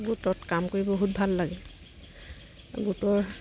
গোটত কাম কৰিব বহুত ভাল লাগে গোটৰ